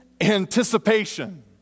anticipation